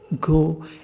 Go